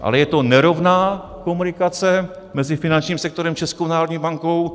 Ale je to nerovná komunikace mezi finančním sektorem a Českou národní bankou.